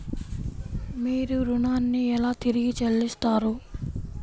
మీరు ఋణాన్ని ఎలా తిరిగి చెల్లిస్తారు?